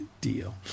deal